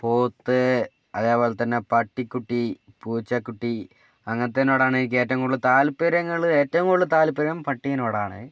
പോത്ത് അതുപോലെതന്നെ പട്ടിക്കുട്ടി പൂച്ചക്കുട്ടി അങ്ങനത്തേതിനോടാണ് എനിക്ക് ഏറ്റവും കൂടുതൽ താൽപര്യങ്ങൾ ഏറ്റവും കൂടുതൽ താൽപര്യം പട്ടിയോടാണ്